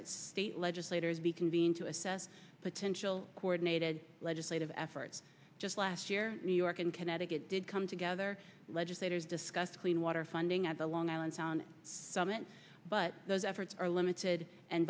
thousand state legislators be convened to assess potential coordinated legislative efforts just last year new york and connecticut did come together legislators discuss clean water funding at the long island sound summit but those efforts are limited and